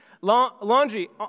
Laundry